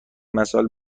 مسائل